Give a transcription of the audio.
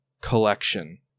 collection